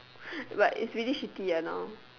but it's really shitty ah now